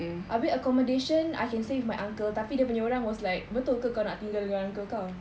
abeh accommodation I can stay with my uncle tapi dia punya orang was like betul ke kau nak tinggal dengan uncle kau